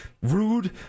Rude